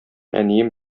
әнием